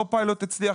לא פיילוט הצליח,